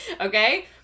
Okay